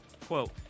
quote